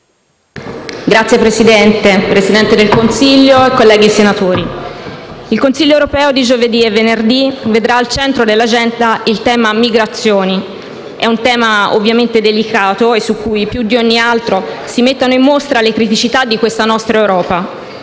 Signor Presidente, signor Presidente del Consiglio, colleghi senatori, il Consiglio europeo di giovedì e venerdì vedrà al centro dell'agenda il tema delle migrazioni: un tema delicato su cui, più di ogni altro, si mettono in mostra le criticità di questa nostra Europa,